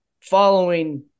following